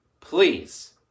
Please